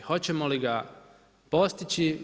Hoćemo li ga postići?